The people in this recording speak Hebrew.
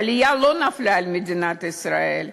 העלייה לא נפלה על מדינת ישראל.